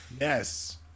Yes